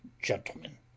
gentlemen